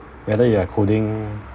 whether you are coding